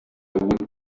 would